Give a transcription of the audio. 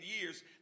years